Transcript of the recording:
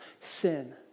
sin